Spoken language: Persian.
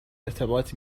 ارتباط